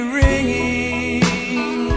ringing